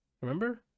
Remember